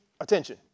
attention